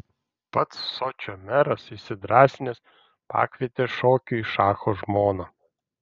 pats sočio meras įsidrąsinęs pakvietė šokiui šacho žmoną